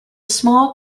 small